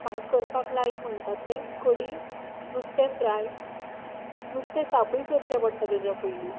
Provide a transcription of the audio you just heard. म्हाका करपाक लायक म्हणटा तें कडी नुस्तें फ्राय नुस्तें साफूय करचें पडटा ताज्या पयलीं